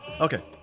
Okay